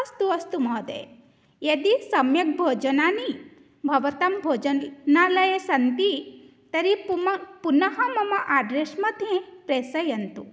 अस्तु अस्तु महोदय यदि सम्यक् भोजनानि भवतः भोजनालये सन्ति तर्हि पुम पुनः मम अड्रेश्मध्ये प्रेषयन्तु